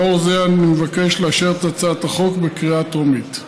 לאור זאת אני מבקש לאשר את הצעת החוק בקריאה טרומית.